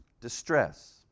distress